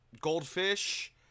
goldfish